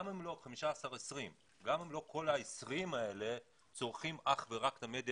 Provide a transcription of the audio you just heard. גם אם לא כל ה-20% צורכים אך ורק את המדיה